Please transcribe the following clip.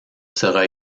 sera